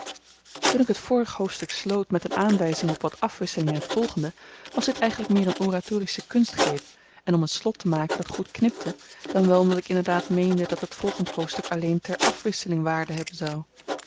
toen ik t vorig hoofdstuk sloot met een aanwyzing op wat afwisseling in het volgende was dit eigenlyk meer een oratorische kunstgreep en om een slot te maken dat goed knipte dan wel omdat ik inderdaad meende dat het volgend hoofdstuk alleen ter afwisseling waarde hebben zou